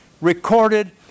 recorded